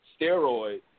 steroid